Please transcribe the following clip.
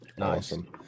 Awesome